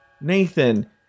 nathan